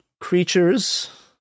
creatures